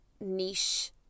niche